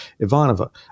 Ivanova